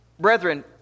brethren